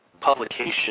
publication